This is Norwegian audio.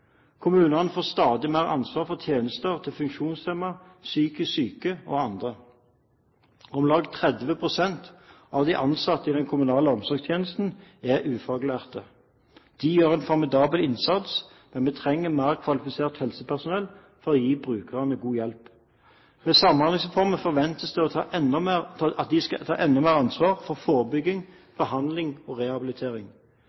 Kommunene får stadig mer ansvar for tjenester til funksjonshemmede, psykisk syke og andre. Om lag 30 pst. av de ansatte i den kommunale omsorgstjenesten er ufaglærte. De gjør en formidabel innsats, men vi trenger mer kvalifisert helsepersonell for å gi brukerne god hjelp. Med Samhandlingsreformen forventes de å ta enda mer ansvar for